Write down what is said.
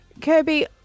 Kirby